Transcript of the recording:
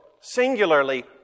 singularly